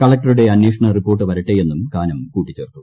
കളക്ടറുടെ അന്വേഷണറിപ്പോർട്ട് വരട്ടെയിന്നും കാനം കൂട്ടിച്ചേർത്തു